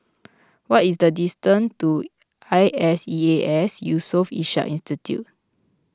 what is the distance to I S E A S Yusof Ishak Institute